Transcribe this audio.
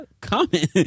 comment